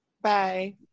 Bye